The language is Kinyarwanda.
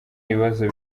ibibazo